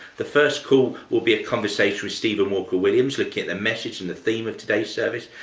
the first call will be a conversation with stephen walker-williams, looking at the message and the theme of today's service.